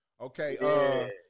Okay